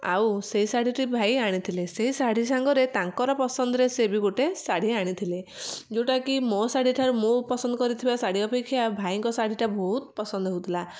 ଆଉ ସେ ଶାଢ଼ୀ ଟି ଭାଇ ଆଣିଥିଲେ ସେ ଶାଢ଼ୀ ସାଙ୍ଗରେ ତାଙ୍କର ପସନ୍ଦର ସେ ବି ଗୋଟେ ଶାଢ଼ୀ ଆଣିଥିଲେ ଯେଉଁଟାକି ମୋ ଶାଢ଼ୀ ଠାରୁ ମୋ ପସନ୍ଦ କରିଥିବା ଶାଢ଼ୀ ଅପେକ୍ଷା ଭାଇଙ୍କ ଶାଢ଼ୀଟା ବହୁତ ପସନ୍ଦ ହଉଥିଲା